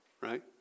right